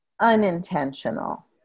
unintentional